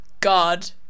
god